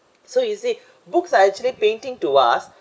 so you see books are actually painting to us